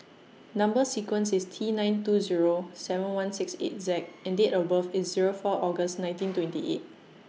Number sequence IS T nine two Zero seven one six eight Z and Date of birth IS Zero four August nineteen twenty eight